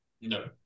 No